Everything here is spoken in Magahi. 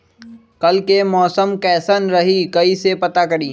कल के मौसम कैसन रही कई से पता करी?